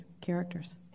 characters